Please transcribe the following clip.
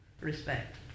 respect